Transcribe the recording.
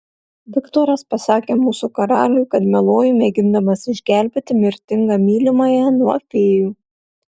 viktoras pasakė mūsų karaliui kad meluoju mėgindamas išgelbėti mirtingą mylimąją nuo fėjų